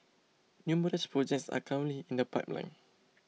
numerous projects are currently in the pipeline